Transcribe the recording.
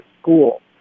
school